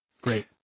Great